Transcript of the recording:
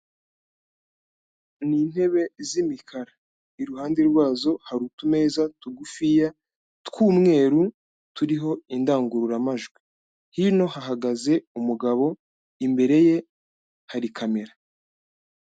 Ni intebe z'imikara. Iruhande rwazo, hari utumeza tugufiya tw'umweru turiho indangururamajwi. Hino hahagaze umugabo, imbere ye hari kamera.